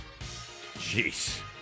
Jeez